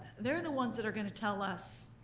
they're the ones that are gonna tell us,